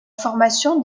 formation